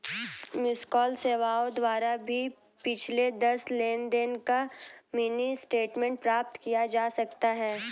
miss call सेवाओं द्वारा भी पिछले दस लेनदेन का मिनी स्टेटमेंट प्राप्त किया जा सकता है